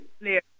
clear